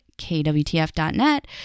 KWTF.net